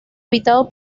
habitado